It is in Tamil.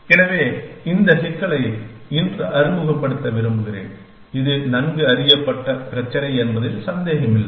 எனவே இந்த சிக்கலை இன்று அறிமுகப்படுத்த விரும்புகிறேன் இது நன்கு அறியப்பட்ட பிரச்சினை என்பதில் சந்தேகமில்லை